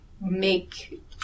make